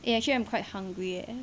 eh actually I'm quite hungry leh